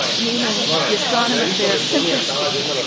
meaning the astronomers there simply skipped it.